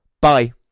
Bye